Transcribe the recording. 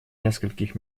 нескольких